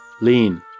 lean